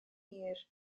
hir